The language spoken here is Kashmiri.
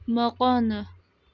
مکانہٕ